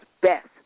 best